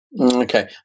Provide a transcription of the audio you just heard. Okay